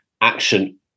action